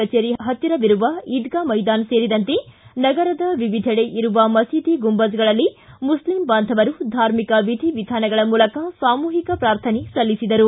ಕಜೇರಿ ಹತ್ತಿರವಿರುವ ಈದ್ಗಾ ಮೈದಾನ ಸೇರಿದಂತೆ ನಗರದ ವಿವಿದೆಡೆ ಇರುವ ಮಸೀದಿ ಗುಂಬಜ್ಗಳಲ್ಲಿ ಮುಖ್ಲಿಂ ಬಾಂಧವರು ಧಾರ್ಮಿಕ ವಿಧಿ ವಿಧಾನಗಳ ಮೂಲಕ ಸಾಮೂಹಿಕ ಪ್ರಾರ್ಥನೆ ಸಲ್ಲಿಸಿದರು